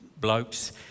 blokes